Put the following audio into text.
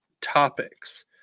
topics